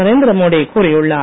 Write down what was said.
நரேந்திர மோடி கூறியுள்ளார்